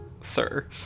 sir